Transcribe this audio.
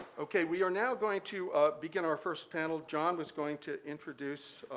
okay, we are now going to begin our first panel. john was going to introduce